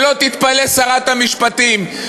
שלא תתפלא שרת המשפטים,